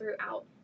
throughout